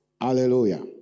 Hallelujah